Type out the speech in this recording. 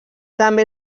també